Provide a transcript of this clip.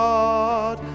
God